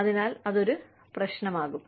അതിനാൽ അത് ഒരു പ്രശ്നമാകാം